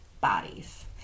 bodies